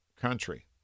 Country